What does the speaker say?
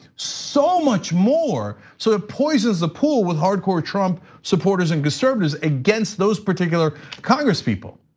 so much more, so it poisons the pool with hardcore trump supporters and conservatives against those particular congress people.